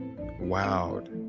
wowed